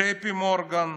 JPMorgan,